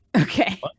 Okay